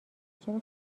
چرا